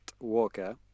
Walker